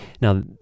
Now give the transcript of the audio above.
Now